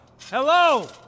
Hello